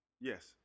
Yes